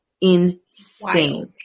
insane